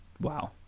Wow